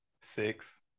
Six